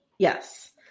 Yes